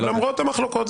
למרות המחלוקות,